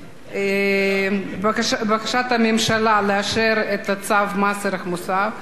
בקשת הממשלה לאשר את צו מס ערך מוסף (שיעור